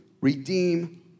redeem